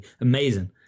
Amazing